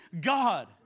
God